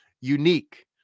unique